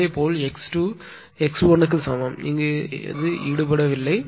இதேபோல் x1 க்கு சமம் இங்கு ஈடுபடவில்லை